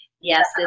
Yes